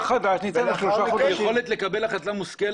בסדר, ניתן שלושה חודשים לשר החדש.